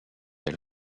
elle